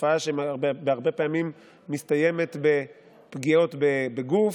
תופעה שבהרבה פעמים מסתיימת בפגיעות בגוף,